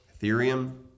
Ethereum